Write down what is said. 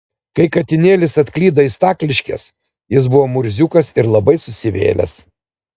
kai katinėlis atklydo į stakliškes jis buvo murziukas ir labai susivėlęs